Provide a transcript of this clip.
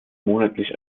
monatlich